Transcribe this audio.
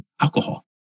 alcohol